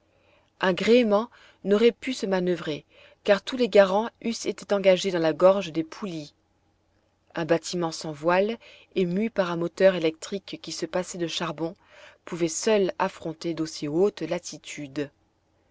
gréement n'aurait pu se manoeuvrer car tous les garants eussent été engagés dans la gorge des poulies un bâtiment sans voiles et mû par un moteur électrique qui se passait de charbon pouvait seul affronter d'aussi hautes latitudes